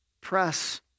press